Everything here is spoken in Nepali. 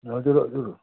हजुर हजुर